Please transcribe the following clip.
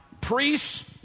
priests